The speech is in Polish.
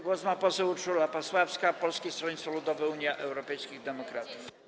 Głos ma poseł Urszula Pasławska, Polskie Stronnictwo Ludowe - Unia Europejskich Demokratów.